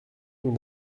nous